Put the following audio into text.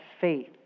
faith